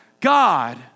God